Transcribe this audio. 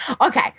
okay